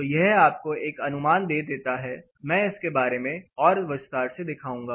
तो यह आपको एक अनुमान दे देता है मैं इसके बारे में और विस्तार से दिखाऊंगा